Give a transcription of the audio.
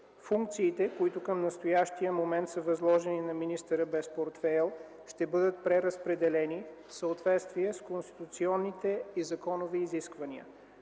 Функциите, които към настоящия момент са възложени на министъра без портфейл, ще бъдат преразпределени в съответствие с конституционните и законови изисквания.